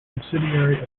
subsidiary